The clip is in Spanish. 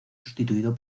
sustituido